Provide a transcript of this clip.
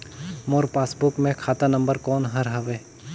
मोर passbook मे खाता number कोन हर हवे?